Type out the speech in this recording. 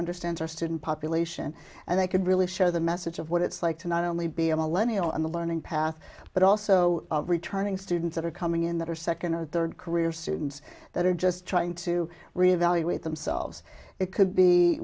understands our student population and they could really show the message of what it's like to not only be a millennial in the learning path but also returning students that are coming in that are second or third career students that are just trying to re evaluate themselves it could be